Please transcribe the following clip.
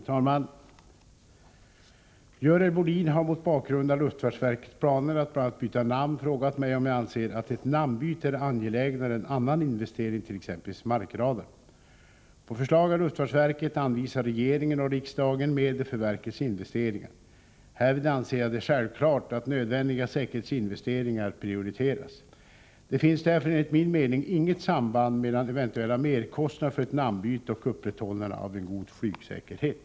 Herr talman! Görel Bohlin har mot bakgrund av luftfartsverkets planer att bl.a. byta namn frågat mig om jag anser att ett namnbyte är angelägnare än annan investering, t.ex. markradar. På förslag av luftfartsverket anvisar regeringen och riksdagen medel för verkets investeringar. Härvid anser jag det självklart att nödvändiga säkerhetsinvesteringar prioriteras. Det finns därför enligt min mening inget samband mellan eventuella merkostnader för ett namnbyte och upprätthållande av en god flygsäkerhet.